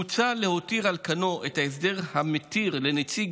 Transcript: מוצע להותיר על כנו את ההסדר המתיר לנציג